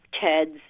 Ted's